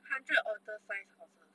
hundred otter size horses